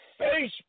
Facebook